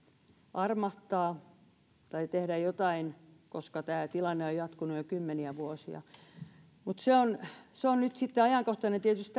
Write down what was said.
armahtaa tai tehdä jotain koska tämä tilanne on jatkunut jo kymmeniä vuosia tämä hallituksen esitys on nyt sitten tietysti